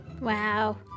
Wow